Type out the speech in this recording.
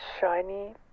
shiny